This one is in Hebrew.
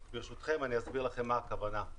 ברשותכם, אני אסביר לכם מה הכוונה.